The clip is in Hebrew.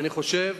אני חושב